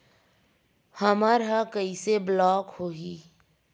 हमर ह कइसे ब्लॉक होही?